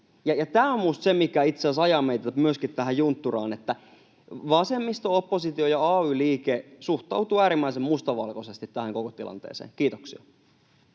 tämä on minusta se, mikä itse asiassa ajaa meitä myöskin tähän juntturaan, että vasemmisto-oppositio ja ay-liike suhtautuvat äärimmäisen mustavalkoisesti tähän koko tilanteeseen. — Kiitoksia.